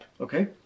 Okay